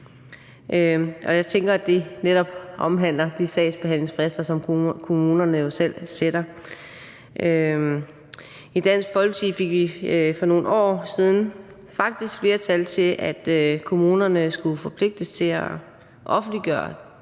og jeg tænker, at det netop omhandler de sagsbehandlingsfrister, som kommunerne jo selv sætter. I Dansk Folkeparti fik vi for nogle år siden faktisk flertal for, at kommunerne skulle forpligtes til at offentliggøre